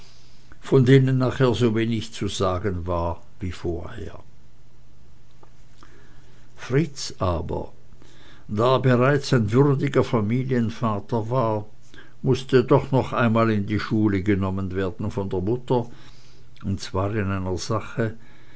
von denen nachher so wenig zu sagen war wie vorher fritz aber da er bereits ein würdiger familienvater war mußte doch noch einmal in die schule genommen werden von der mutter und zwar in einer sache